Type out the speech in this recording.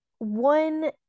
One